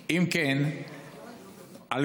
2. אם כן,